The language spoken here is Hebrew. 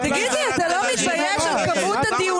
אתם.